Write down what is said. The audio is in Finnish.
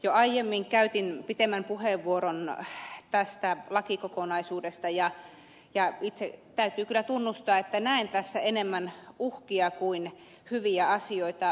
jo aiemmin käytin pitemmän puheenvuoron tästä lakikokonaisuudesta ja täytyy kyllä tunnustaa että näen tässä enemmän uhkia kuin hyviä asioita